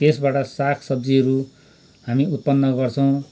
त्यसबाट सागसब्जीहरू हामी उत्पन्न गर्छौँ